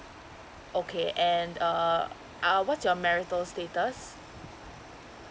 okay and err uh what's your marital status